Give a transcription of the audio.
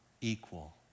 equal